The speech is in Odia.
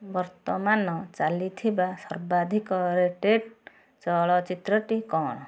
ବର୍ତ୍ତମାନ ଚାଲିଥିବା ସର୍ବାଧିକ ରେଟେଡ୍ ଚଳଚ୍ଚିତ୍ରଟି କ'ଣ